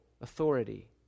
authority